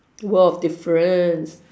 world of difference